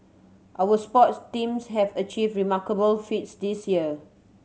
our sports teams have achieved remarkable feats this year